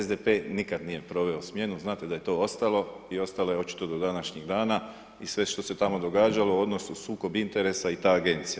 SDP nikad nije proveo smjenu, znate da je to ostalo i ostalo je očito do današnjeg dana i sve što se tamo događalo, odnosno sukob interesa i ta agencija.